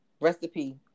recipe